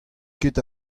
ket